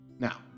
Now